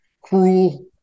cruel